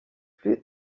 plus